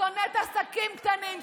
שונאת עסקים קטנים,